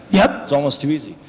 yep. it's almost too easy.